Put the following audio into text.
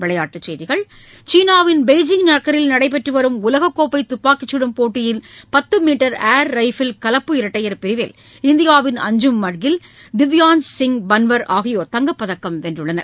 விளையாட்டுச் செய்திகள் சீளாவின் பெய்ஜிங் நகரில் நடைபெற்று வரும் உலகக்கோப்பை துப்பாக்கிசுடும் போட்டியின் பத்து மீட்டர் ஏர் ரைபில் கலப்பு இரட்டையா பிரிவில் இந்தியாவின் அஞ்சும் மட்கில் திவ்யான்ஸ் சிங் பன்வர் ஆகியோர் தங்கப்பதக்கம் வென்றுள்ளனர்